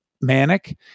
manic